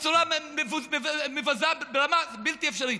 בצורה מבזה ברמה בלתי אפשרית.